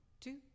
two